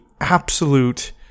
absolute